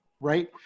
Right